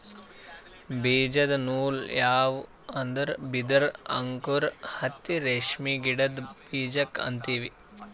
ಬೀಜದ ನೂಲ್ ಯಾವ್ ಅಂದ್ರ ಬಿದಿರ್ ಅಂಕುರ್ ಹತ್ತಿ ರೇಷ್ಮಿ ಗಿಡದ್ ಬೀಜಕ್ಕೆ ಅಂತೀವಿ